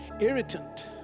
irritant